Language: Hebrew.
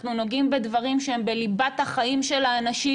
אנחנו נוגעים בדברים שהם בליבת החיים של האנשים